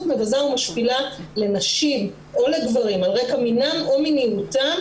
מבזה ומשפילה לנשים או גברים על רקע מינם או מיניותם,